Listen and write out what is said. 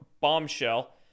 bombshell